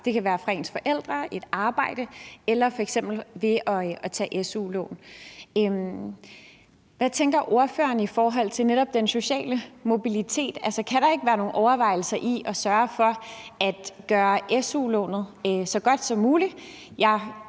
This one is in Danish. Det kan være fra ens forældre, et arbejde eller f.eks. ved at tage su-lån. Hvad tænker ordføreren i forhold til netop den sociale mobilitet? Altså, kan der ikke være nogle overvejelser i at sørge for at gøre su-lånet så godt som muligt